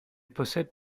possède